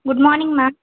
good morning ma'am